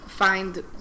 find